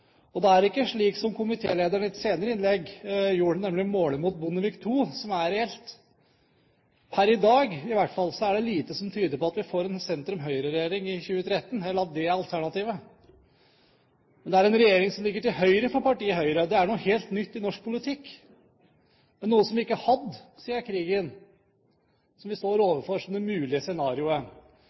føres. Det er ikke det komitélederen i et senere innlegg gjorde, nemlig å måle mot Bondevik II, som er reelt. Per i dag er det i hvert fall lite som tyder på at vi får en sentrum–Høyre-regjering i 2013, eller at det er alternativet. Men det er en regjering som ligger til høyre for partiet Høyre. Det er noe helt nytt i norsk politikk, noe vi ikke har hatt siden krigen, som vi står overfor